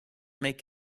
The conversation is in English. make